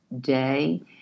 day